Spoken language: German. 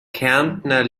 kärntner